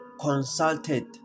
consulted